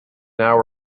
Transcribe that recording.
now